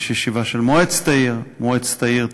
יש ישיבה של מועצת העיר.